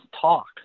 talk